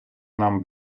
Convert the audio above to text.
нам